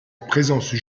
présence